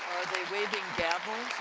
waving gavels,